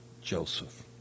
Joseph